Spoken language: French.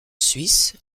suisse